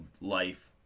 life